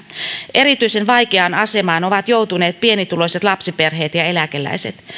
erityisen vaikeaan asemaan ovat joutuneet pienituloiset lapsiperheet ja eläkeläiset